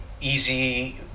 easy